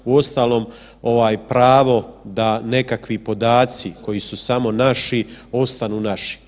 Uostalom pravo da nekakvi podaci koji su samo naši ostanu naši.